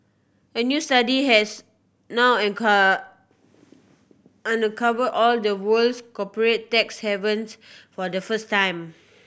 a new study has now uncover all the world's corporate tax havens for the first time